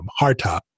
hardtop